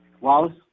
Wallace